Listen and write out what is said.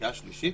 ארבע.